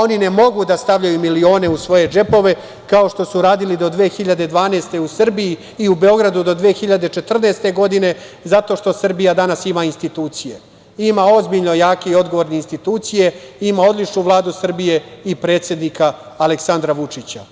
Oni ne mogu da stavljaju milione u svoje džepove kao što su radili do 2012. godine u Srbiji i u Beogradu do 2014. godine zato što Srbija danas ima institucije, ima ozbiljne, jake i odgovorne institucije, ima odličnu Vladu Srbije i predsednika Aleksandra Vučića.